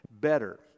Better